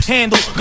Handle